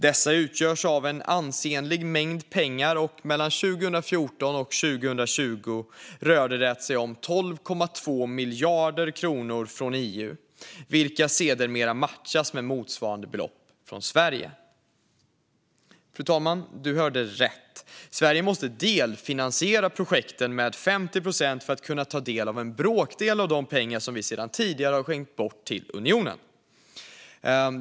Dessa utgörs av en ansenlig mängd pengar; mellan 2014 och 2020 rörde det sig om 12,2 miljarder kronor från EU, vilka sedermera matchas med motsvarande belopp från Sverige. Du hörde rätt, fru talman: Sverige måste delfinansiera projekten med 50 procent för att kunna ta del av en bråkdel av de pengar vi sedan tidigare skänkt bort till unionen.